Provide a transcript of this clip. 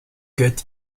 gehört